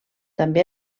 també